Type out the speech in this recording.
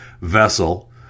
vessel